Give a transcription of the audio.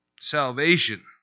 Salvation